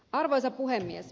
arvoisa puhemies